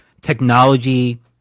technology